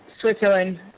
Switzerland